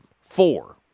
four